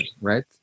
right